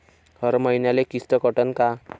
हर मईन्याले किस्त कटन का?